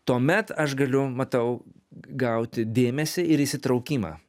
tuomet aš galiu matau gauti dėmesį ir įsitraukimą